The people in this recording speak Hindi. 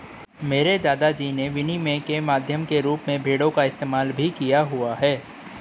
मेरे दादा जी ने विनिमय के माध्यम के रूप में भेड़ों का इस्तेमाल भी किया हुआ है